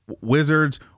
wizards